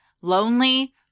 lonely